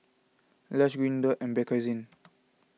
Lush Green Dot and Bakerzin